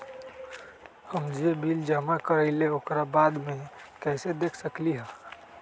हम जे बिल जमा करईले ओकरा बाद में कैसे देख सकलि ह?